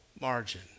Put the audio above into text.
margin